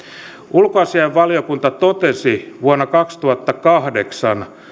ulkoasiainvaliokunta totesi vuonna kaksituhattakahdeksan